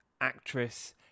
actress